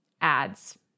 ads